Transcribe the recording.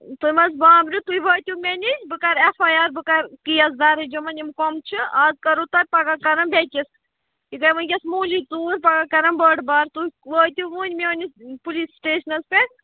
تُہۍ ما حظ بانٛبرِو تُہۍ وٲتِو مےٚ نِش بہٕ کَرٕ اٮ۪ف آے آر بہٕ کَرٕ کیس دَرٕچ یِمن یِم کۄم چھِ اَز کَرو تۅہہِ پَگاہ کَرن بیٚیِس یہِ گٔے وُنکٮ۪س معموٗلی ژوٗر پَگاہ کَرن بٔڈی بارٕ تُہۍ وٲتِو وُِنۍ میٛٲنِس پُلیٖس سِٹیشنس پٮ۪ٹھ